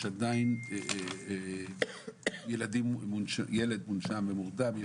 יש ילד מונשם ומורדם,